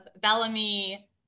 Bellamy